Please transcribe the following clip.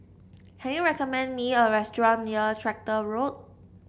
can you recommend me a restaurant near Tractor Road